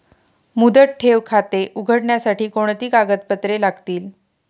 मुदत ठेव खाते उघडण्यासाठी कोणती कागदपत्रे लागतील?